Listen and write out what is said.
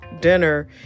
dinner